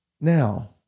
now